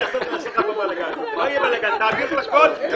לאותן הפונקציות האלה יכול להיות לפי החוק הזה או ממונה בטיחות.